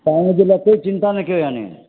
तव्हां हुनजे लाए कोई चिंता न कयो याने